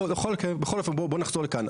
בכל אופן, בוא נחזור לכאן.